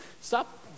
Stop